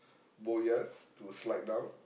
boyas to slide down